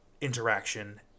interaction